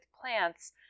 plants